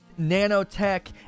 Nanotech